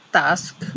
task